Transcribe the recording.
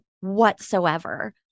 whatsoever